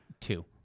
Two